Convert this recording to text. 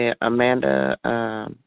Amanda